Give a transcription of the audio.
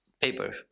paper